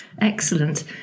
excellent